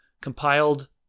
compiled